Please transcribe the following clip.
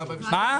מה?